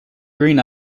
green